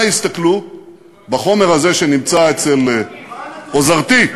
הסתכלו בחומר הזה שנמצא אצל עוזרתי.